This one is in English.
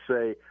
say